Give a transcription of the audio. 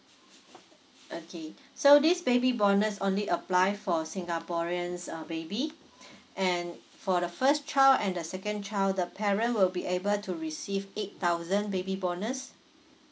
okay so this baby bonus only apply for singaporeans uh baby and for the first child and the second child the parent will be able to receive eight thousand baby bonus